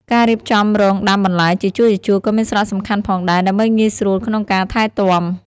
ការរៀបចំរងដាំបន្លែជាជួរៗក៏មានសារៈសំខាន់ផងដែរ ដើម្បីងាយស្រួលក្នុងការថែទាំ។